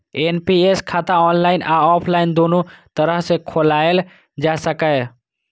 NPS खाता online आ offline, दुनू तरह सं खोलाएल जा सकैए